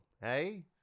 Hey